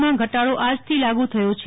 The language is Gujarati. માં ઘટાડો આજથી લાગુ થયો છે